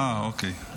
אה, אוקיי.